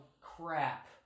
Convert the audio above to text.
crap